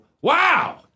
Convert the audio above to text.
wow